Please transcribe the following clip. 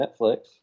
Netflix